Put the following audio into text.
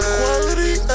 quality